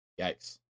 Yikes